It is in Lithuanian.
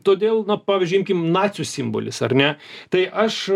todėl na pavyzdžiui imkim nacių simbolis ar ne tai aš